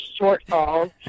shortfalls